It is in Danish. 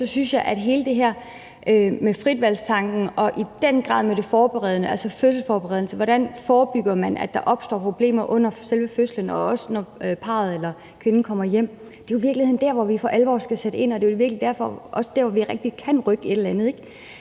synes jeg, at hele det her med fritvalgstanken og i den grad med det forberedende, altså fødselsforberedende, er vigtigt. Hvordan forebygger man, at der opstår problemer under selve fødslen, og også når parret eller kvinden kommer hjem? Det er jo i virkeligheden der, vi for alvor skal sætte ind, og det er i virkeligheden også der, hvor vi rigtig kan rykke et eller andet. Så